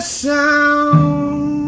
sound